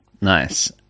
Nice